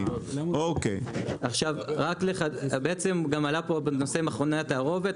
גם עלה פה נושא מכוני התערובת,